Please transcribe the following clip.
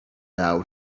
out